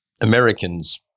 Americans